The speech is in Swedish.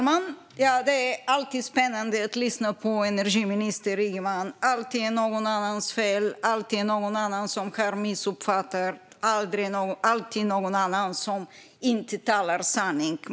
Fru talman! Det är alltid spännande att lyssna på energiminister Ygeman. Det är alltid någon annans fel. Det är alltid någon annan som har missuppfattat. Det alltid någon annan som inte talar sanning.